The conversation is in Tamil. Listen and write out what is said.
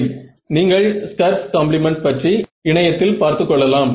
ஆனால் நீங்கள் ஸ்கர்'ஸ் Schur's காம்ப்ளிமெண்ட் பற்றி இணையத்தில் பார்த்து கொள்ளலாம்